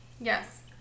Yes